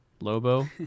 Lobo